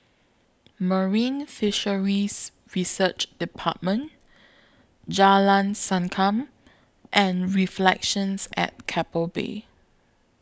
Marine Fisheries Research department Jalan Sankam and Reflections At Keppel Bay